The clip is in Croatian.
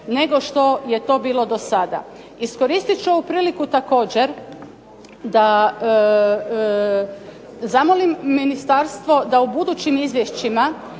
nego što je to bilo do sada. Iskoristit ću ovu priliku također da zamolim ministarstvo da u budućim izvješćima